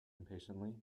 impatiently